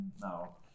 now